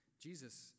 Jesus